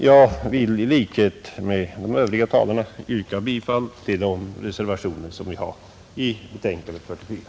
Jag vill i likhet med de övriga talarna yrka bifall till de reservationer vi har till jordbruksutskottets betänkande nr 44,